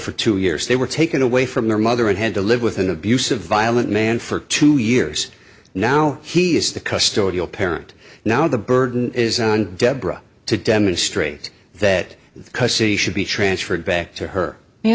for two years they were taken away from their mother and had to live with an abusive violent man for two years now he is the custom of your parent now the burden is on deborah to demonstrate that the custody should be transferred back to her